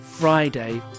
Friday